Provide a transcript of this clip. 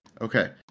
Okay